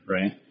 right